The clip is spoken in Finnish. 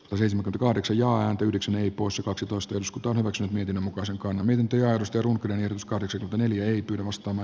tosin kahdeksan ja yhdeksän ei poissa kaksitoista bsk toinen osa niiden mukaisen kanalintuja annostelun kehityskaarisilta neliöitä nostama